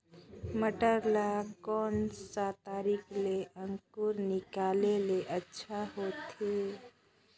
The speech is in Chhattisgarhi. मटर ला कोन सा तरीका ले अंकुर निकाले ले अच्छा होथे?